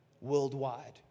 worldwide